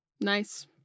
Nice